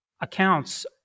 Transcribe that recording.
accounts